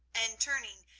and, turning,